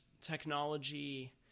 technology